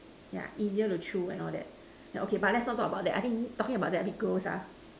yeah easier to chew and all that yeah okay but let's not talk about that I think talking about that a bit gross ah